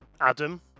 Adam